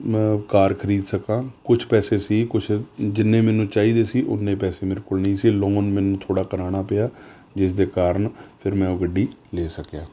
ਮੈਂ ਉਹ ਕਾਰ ਖਰੀਦ ਸਕਾਂ ਕੁਛ ਪੈਸੇ ਸੀ ਕੁਛ ਜਿੰਨੇ ਮੈਨੂੰ ਚਾਹੀਦੇ ਸੀ ਉੱਨੇ ਪੈਸੇ ਮੇਰੇ ਕੋਲ ਨਹੀਂ ਸੀ ਲੋਨ ਮੈਨੂੰ ਥੋੜ੍ਹਾ ਕਰਾਉਣਾ ਪਿਆ ਜਿਸ ਦੇ ਕਾਰਨ ਫਿਰ ਮੈਂ ਉਹ ਗੱਡੀ ਲੈ ਸਕਿਆ